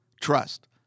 trust